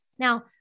Now